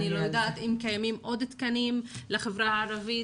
אני לא יודעת אם קיימים עוד תקנים לחברה הערבית.